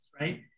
right